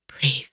Breathe